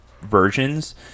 versions